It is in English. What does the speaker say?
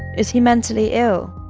is he mentally ill?